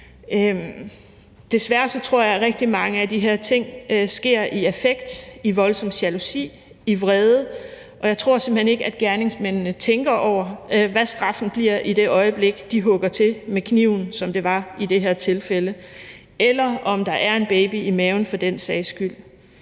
Desværre tror jeg, at rigtig mange af de her ting sker i affekt, i voldsom jalousi, i vrede, og jeg tror simpelt hen ikke, at gerningsmændene tænker over, hvad straffen bliver, i det øjeblik de hugger til med kniven, som det var i det her tilfælde, eller om der for den sags skyld